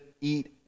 eat